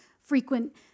frequent